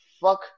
fuck